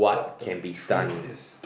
what the truth is